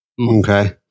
Okay